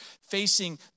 facing